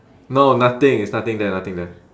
no nothing it's nothing there nothing there